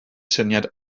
syniad